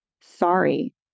sorry